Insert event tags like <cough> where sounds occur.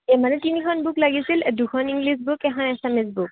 <unintelligible> মানে তিনিখন বুক লাগিছিল দুখন ইংলিছ বুক এখন আছামিছ বুক